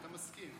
אתה מסכים.